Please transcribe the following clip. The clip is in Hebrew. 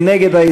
מי נגד?